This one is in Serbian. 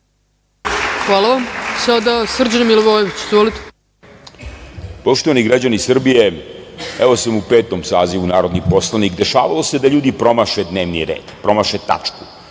Izvolite. **Srđan Milivojević** Poštovani građani Srbije, evo sam u petom sazivu narodni poslanik, dešavalo se da ljudi promaše dnevni red, promaše tačku,